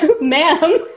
Ma'am